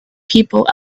people